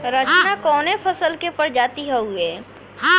रचना कवने फसल के प्रजाति हयुए?